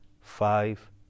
five